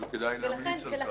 אבל כדאי להמליץ על כך.